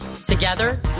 Together